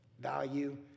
value